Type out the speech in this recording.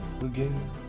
Again